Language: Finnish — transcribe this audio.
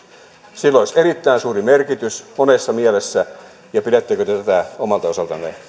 sillä olisi erittäin suuri merkitys monessa mielessä ja pidättekö te tätä omalta osaltanne